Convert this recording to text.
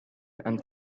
and